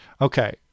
Okay